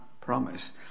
promise